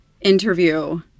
interview